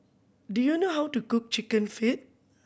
do you know how to cook Chicken Feet